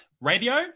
Radio